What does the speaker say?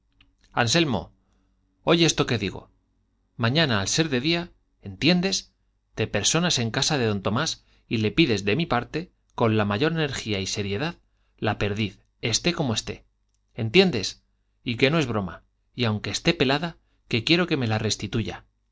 anselmo oye esto que digo mañana al ser de día entiendes te personas en casa de don tomás y le pides de mi parte con la mayor energía y seriedad la perdiz esté como esté entiendes y que no es broma y aunque esté pelada que quiero que me la restituya